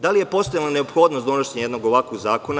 Da li je postojala neophodnost donošenje jednog ovakvog zakona?